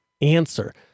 answer